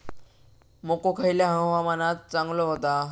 मको खयल्या हवामानात चांगलो होता?